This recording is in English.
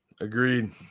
Agreed